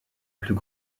plus